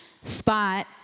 spot